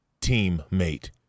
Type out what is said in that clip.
teammate